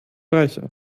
reicher